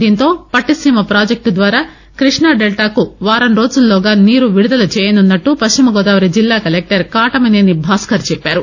దీంతో పట్టిసీమ ప్రాజెక్టు ద్వారా క్రిష్ణా డెల్టాకు వారం రోజుల్లోగా నీరు విడుదల చేయనున్నట్లు పశ్చిమగోదావరి జిల్లా కలెక్టర్ కాటమనేని భాస్కర్ చెప్పారు